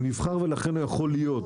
הוא נבחר ולכן הוא יכול להיות,